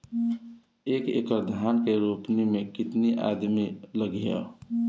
एक एकड़ धान के रोपनी मै कितनी आदमी लगीह?